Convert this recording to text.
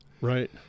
right